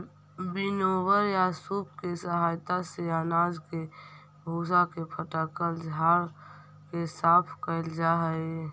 winnower या सूप के सहायता से अनाज के भूसा के फटक झाड़ के साफ कैल जा हई